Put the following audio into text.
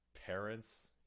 parents